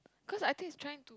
because I think is trying to